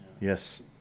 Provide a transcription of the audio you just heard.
Yes